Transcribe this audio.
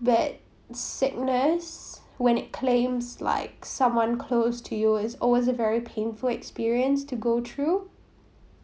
but sickness when it claims like someone close to you is always a very painful experience to go through